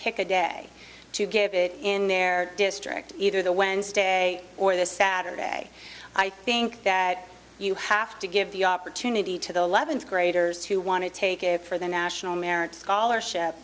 pick a day to give it in their district either the wednesday or this saturday i think that you have to give the opportunity to the eleventh graders who want to take it for the national merit scholarship